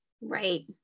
right